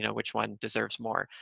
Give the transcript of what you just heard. you know which one deserves more?